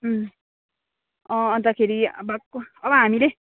उम् अँ अन्तखेरि अब को अब हामीले